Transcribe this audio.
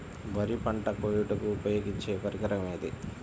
వరి పంట కోయుటకు ఉపయోగించే పరికరం ఏది?